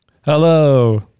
Hello